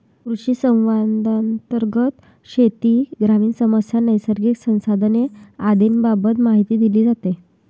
कृषिसंवादांतर्गत शेती, ग्रामीण समस्या, नैसर्गिक संसाधने आदींबाबत माहिती दिली जाते